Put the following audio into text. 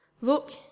Look